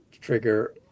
trigger